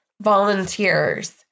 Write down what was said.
volunteers